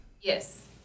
Yes